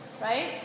right